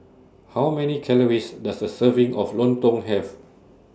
How Many Calories Does A Serving of Lontong Have